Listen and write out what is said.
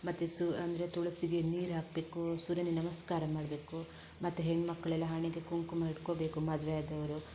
ಮತ್ತು ಸೂ ಅಂದರೆ ತುಳಸಿಗೆ ನೀರು ಹಾಕಬೇಕು ಸೂರ್ಯನಿಗೆ ನಮಸ್ಕಾರ ಮಾಡಬೇಕು ಮತ್ತು ಹೆಣ್ಣುಮಕ್ಕಳ್ಳೆಲ್ಲ ಹಣೆಗೆ ಕುಂಕುಮ ಇಟ್ಕೋಬೇಕು ಮದುವೆ ಆದವರು